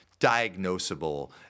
diagnosable